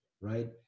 right